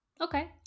okay